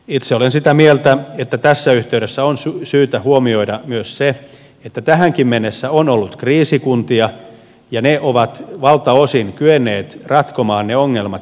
itse olen sitä mieltä että tässä yhteydessä on syytä huomioida myös se että tähänkin mennessä on ollut kriisikuntia ja ne ovat valtaosin kyenneet ratkomaan ne ongelmat jo itse